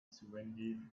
surrounded